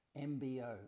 MBO